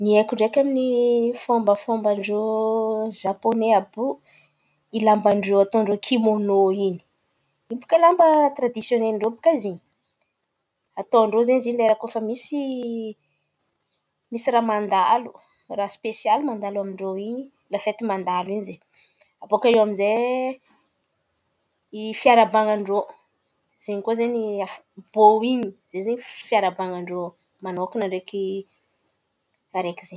Ny haiko amin’ny fômbafômban-drô Zapone àby io, i lamban-drô ataon-ndrô kimônô àby in̈y. In̈y baka lamba tiradisiônelin-drô baka izy in̈y. Ataon-drô ze zin̈y koa misy misy raha mandalo, raha spesialy mandalo amin-drô in̈y. La fety mandalo in̈y zen̈y. Abaka iô amy zay i fiarahaban-drô zen̈y koa zen̈y bôinina ze zen̈y fiarahaban-drô ndraiky araiky ze.